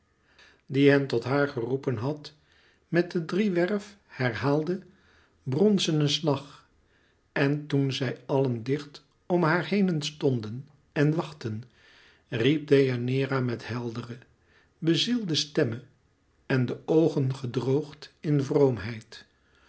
die hen tot haar geroepen had met den driewerf herhaalden bronzenen slag en toen zij allen dicht om haar henen stonden en wachtten riep deianeira met heldere bezielde stemme en de oogen gedroogd in